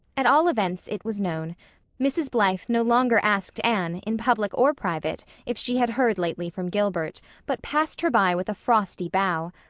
at all events it was known mrs. blythe no longer asked anne, in public or private, if she had heard lately from gilbert, but passed her by with a frosty bow.